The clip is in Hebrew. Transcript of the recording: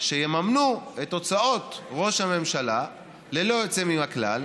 שיממנו את הוצאות ראש הממשלה ללא יוצא מן הכלל,